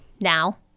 Now